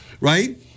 right